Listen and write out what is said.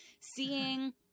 seeing